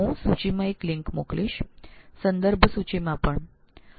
હું સૂચિમાં તેમજ સંદર્ભ સૂચિ માં પણ એક લીંક મોકલીશ